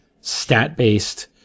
stat-based